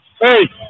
Hey